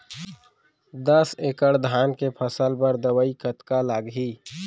दस एकड़ धान के फसल बर दवई कतका लागही?